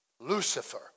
Lucifer